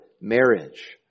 marriage